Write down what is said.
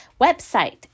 website